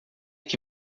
que